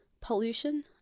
pollution